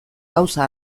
gauza